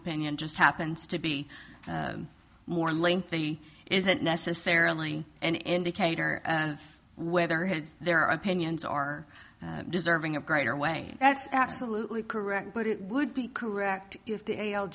opinion just happens to be more lengthy isn't necessarily an indicator of whether his their opinions are deserving of greater way that's absolutely correct but it would be correct if they a